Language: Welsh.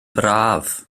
braf